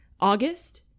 August